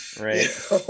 Right